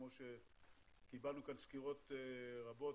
כפי שקיבלנו כאן סקירות רבות?